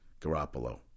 Garoppolo